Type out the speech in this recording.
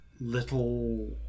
little